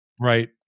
Right